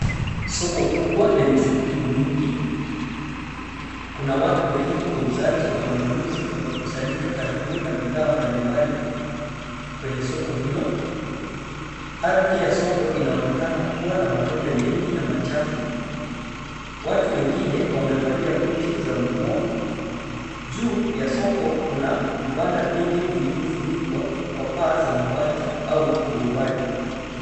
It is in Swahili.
Soko kubwa lenye shughuli nyingi kuna watu wengi wauzaji na wanunuzi wamekusanyika karibu na bidhaa mbali mbali kwenye soko hilo. Ardhi ya soko inaonekana kuwa na matope mengi na machafu watu wengine wamevalia buti za vua ,juu ya soko kuna vibada vingi vilivyofunikwa kwa paa mabati au turubai.